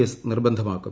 S നിർബന്ധമാക്കും